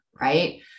right